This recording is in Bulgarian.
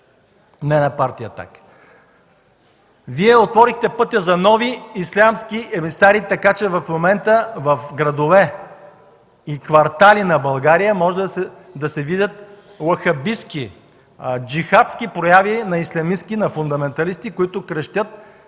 не на Партия „Атака”. Вие отворихте пътя за нови ислямистки емисари така, че в момента в градове и квартали на България може да се видят уахабистки, джихадски прояви на ислямисти-фундаменталисти, които крещят